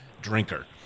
drinker